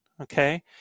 okay